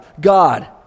God